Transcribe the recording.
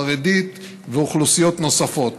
החרדית ואוכלוסיות נוספות.